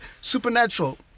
supernatural